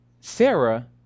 Sarah